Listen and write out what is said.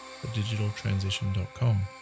thedigitaltransition.com